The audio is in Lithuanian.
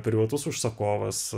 privatus užsakovas